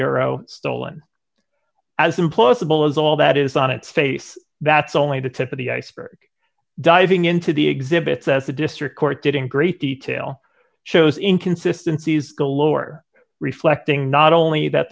euro stolen as implausible as all that is on its face that's only the tip of the iceberg diving into the exhibit says the district court did in great detail shows inconsistency is the lower reflecting not only that